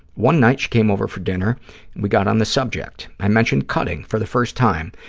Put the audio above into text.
one night she came over for dinner and we got on the subject. i mentioned cutting for the first time,